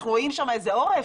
אנחנו רואים שם איזה עורף?